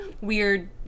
weird